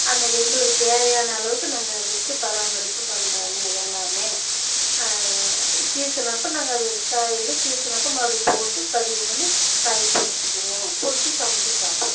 அது எங்களுக்கு தேவையான அளவுக்கு நாங்கள் வச்சு பராமரிப்பு பண்ணுறோங்க எல்லாமே சீசனப்போ நாங்கள் அதை காய் எல்லாம் சீசனப்போ மறுபடியும் போட்டு பதியம் பண்ணி காய் பறிச்சிக்குவோம் பறிச்சு சமைச்சு சாப்பிடுவோம்